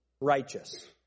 righteous